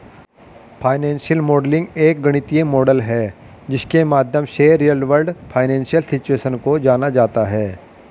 financial modelling एक गणितीय model है जिसके माध्यम से रियल वर्ल्ड फाइनेंशियल सिचुएशन को जाना जाता है